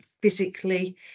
physically